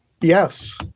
Yes